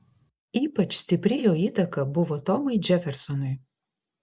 ypač stipri jo įtaka buvo tomui džefersonui